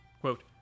quote